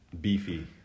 beefy